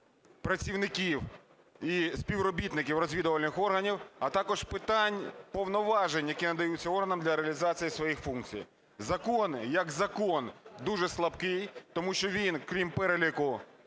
працівників і співробітників розвідувальних органів, а також питань повноважень, які надаються органам для реалізації своїх функцій. Закон як закон дуже слабкий, тому що він, крім переліку